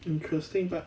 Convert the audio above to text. interesting but